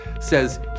says